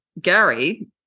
Gary